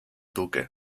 duque